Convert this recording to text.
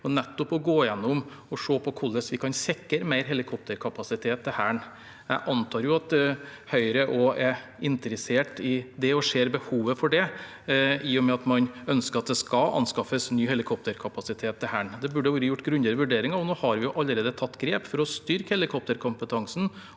med nettopp å gå igjennom og se på hvordan vi kan sikre mer helikopterkapasitet til Hæren. Jeg antar at Høyre også er interessert i det og ser behovet for det, i og med at man ønsker at det skal anskaffes ny helikopterkapasitet til Hæren. Det burde ha vært gjort grundigere vurderinger, og nå har vi allerede tatt grep for å styrke helikopterkompetansen